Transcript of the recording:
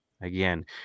again